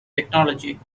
technology